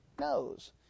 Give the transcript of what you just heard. knows